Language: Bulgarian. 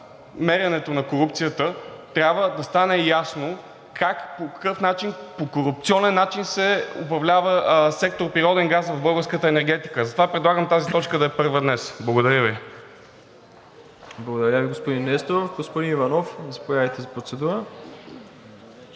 меренето на корупцията, трябва да стане ясно как, по какъв начин – по корупционен начин, се управлява сектор „Природен газ“ в българската енергетика. Затова предлагам тази точка да е първа днес. Благодаря Ви. ПРЕДСЕДАТЕЛ МИРОСЛАВ ИВАНОВ: Благодаря Ви, господин Несторов. Господин Иванов, заповядайте за процедура.